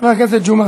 חבר הכנסת ג'מעה